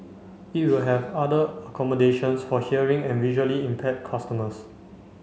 it will have other accommodations for hearing and visually impaired customers